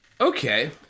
Okay